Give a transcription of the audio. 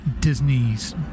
Disney's